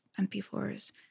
MP4s